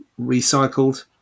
recycled